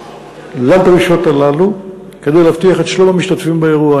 לדרישות הללו כדי להבטיח את שלום המשתתפים באירוע.